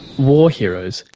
war heroes,